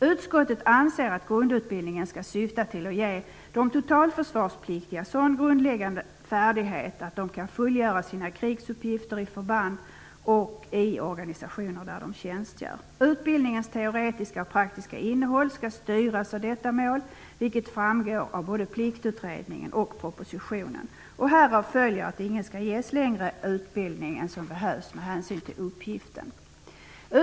Utskottet anser att grundutbildningen skall syfta till att ge de totalförsvarspliktiga sådana grundläggande färdigheter att de kan fullgöra sina krigsuppgifter i förband och i organisationer där de tjänstgör. Utbildningens teoretiska och praktiska innehåll skall styras av detta mål, vilket framgår av både Pliktutredningen och propositionen. Härav följer att ingen skall ges längre utbildning än vad som behövs med hänsyn till uppgiften.